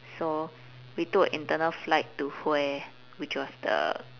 so we took an internal flight to hoa which was the